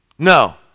No